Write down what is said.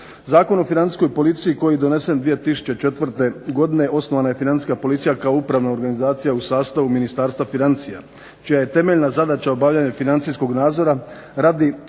Zakon o financijskoj policiji koji je donesen 2004. godine osnovana je Financijska policija kao upravna organizacija u sastavu Ministarstva financija čija je temeljna zadaća obavljanje financijskog nadzora, radi